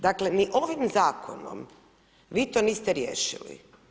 Dakle ni ovim zakonom vi to niste riješili.